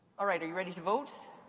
all right, are you ready to vote?